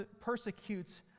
persecutes